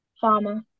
farmer